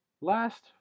Last